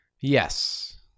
Yes